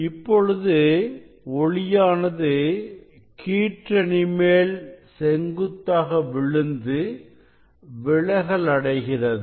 இப்பொழுது ஒளியானது கீற்றணி மேல் செங்குத்தாக விழுந்து விலகல் அடைகிறது